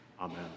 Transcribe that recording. Amen